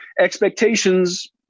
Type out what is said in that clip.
expectations